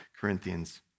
Corinthians